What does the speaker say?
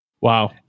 Wow